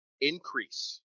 increase